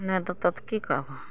नहि देतऽ तऽ की करबहऽ